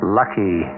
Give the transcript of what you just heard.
lucky